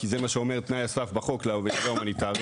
כי זה מה שאומר תנאי הסף בחוק לעובד ההומניטרי,